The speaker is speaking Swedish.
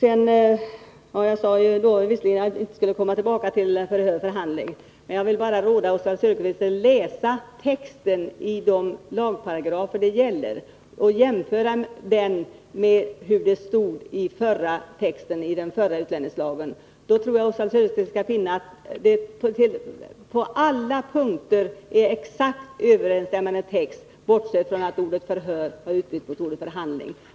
Jag lovade visserligen att jag inte skulle återkomma till frågan om innebörden av orden ”förhör” resp. ”förhandling” i detta fall, men jag vill ändå råda Oswald Söderqvist att läsa texten i de lagparagrafer det gäller och jämföra den med vad som stod i den förra utlänningslagen. Han skall då finna att texten på alla punkter är exakt densamma som tidigare, bortsett från att ordet ”förhör” utbytts mot ordet ”förhandling”.